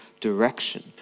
direction